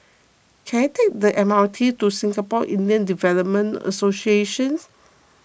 can I take the M R T to Singapore Indian Development Association